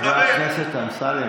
חבר הכנסת אמסלם,